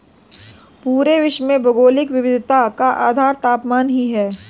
पूरे विश्व में भौगोलिक विविधता का आधार तापमान ही है